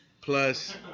plus